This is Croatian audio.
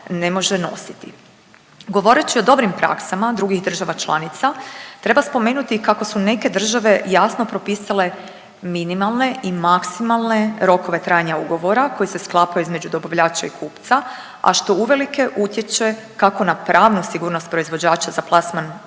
ne može nositi. Govoreći o dobrim praksama drugih država članica treba spomenuti i kako su neke države jasno propisale minimalne i maksimalne rokove trajanja ugovora koji se sklapaju između dobavljača i kupca, a što uvelike utječe kako na pravnu sigurnost proizvođača za plasman